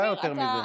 לא היה יותר מזה.